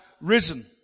risen